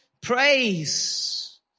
praise